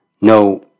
no